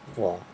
!wah!